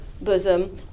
bosom